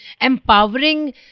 empowering